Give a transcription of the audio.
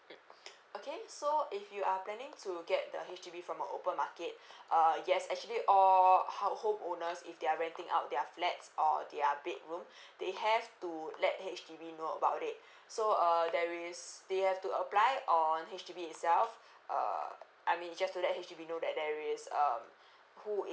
mm okay so if you are planning to get the H_D_B from a open market uh yes actually all hou~ home owners if they are renting out their flats or their bedroom they have to let H_D_B know about it so err there is they have to apply on H_D_B itself err I mean it's just to let H_D_B know that there is um who is